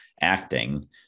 acting